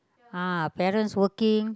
ah parents working